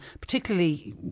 particularly